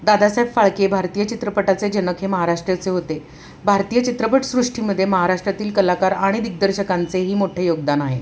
दादासाहेब फाळके भारतीय चित्रपटाचे जनक हे महाराष्ट्राचे होते भारतीय चित्रपटसृष्टीमध्ये महाराष्ट्रातील कलाकार आणि दिग्दर्शकांचेही मोठे योगदान आहे